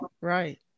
right